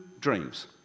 dreams